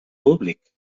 públic